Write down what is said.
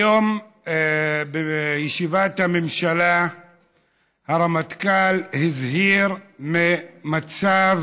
היום בישיבת הממשלה הרמטכ"ל הזהיר ממצב